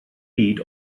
byd